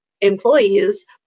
employees